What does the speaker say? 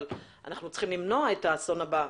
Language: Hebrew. אבל אנחנו צריכים למנוע את האסון הבא.